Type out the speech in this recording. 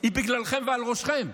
היא בגללכם ועל ראשכם.